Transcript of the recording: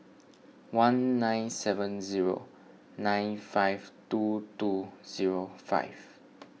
one nine seven zero nine five two two zero five